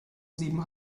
sieben